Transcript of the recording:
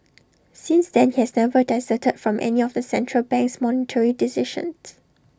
since then he has never dissented from any of the central bank's monetary decisions